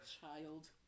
child